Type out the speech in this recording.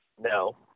No